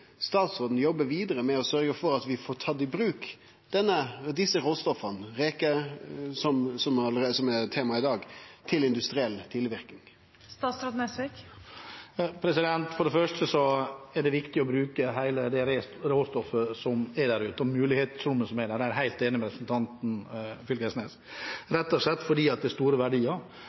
statsråden jobbe vidare med å sørgje for at vi får tatt i bruk desse råstoffa – som reker, som er tema i dag – til industriell tilverking? For det første er det viktig å bruke hele råstoffet og mulighetsrommet som er der ute. Der er jeg helt enig med representanten Knag Fylkesnes, rett og slett fordi det er store verdier,